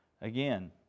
Again